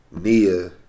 Nia